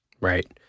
right